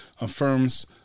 affirms